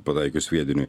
pataikius sviediniui